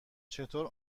چطور